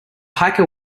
hiker